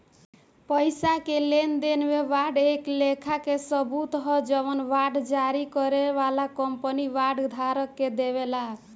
पईसा के लेनदेन में बांड एक लेखा के सबूत ह जवन बांड जारी करे वाला कंपनी बांड धारक के देवेला